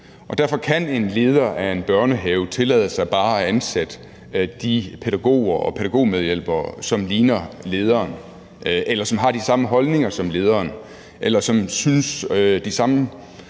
Derfor kan en leder af en børnehave tillade sig bare at ansætte de pædagoger og pædagogmedhjælpere, som ligner lederen, eller som har de samme holdninger som lederen, eller som synes de samme